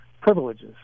privileges